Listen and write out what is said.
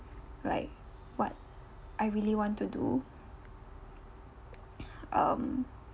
like what I really want to do um